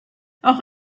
auch